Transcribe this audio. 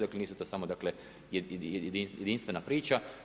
Dakle nisu to samo dakle jedinstvena priča.